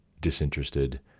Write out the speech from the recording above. disinterested